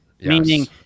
meaning